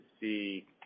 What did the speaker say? see